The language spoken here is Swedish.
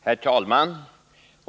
Herr talman!